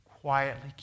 quietly